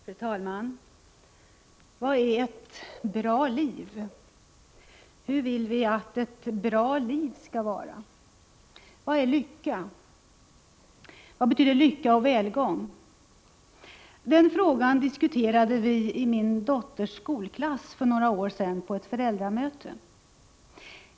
Fru talman! Vad är ett bra liv? Hur vill vi att ett bra liv skall vara? Vad är lycka? Vad betyder lycka och välgång? Dessa frågor diskuterade vi i min dotters skolklass för några år sedan på ett föräldramöte.